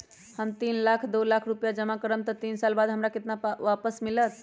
हम तीन साल ला दो लाख रूपैया जमा करम त तीन साल बाद हमरा केतना पैसा वापस मिलत?